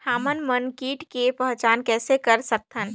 हमन मन कीट के पहचान किसे कर सकथन?